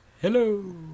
Hello